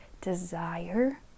desire